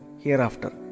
hereafter